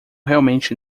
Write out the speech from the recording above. realmente